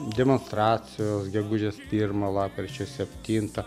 demonstracijos gegužės pirmą lapkričio septintą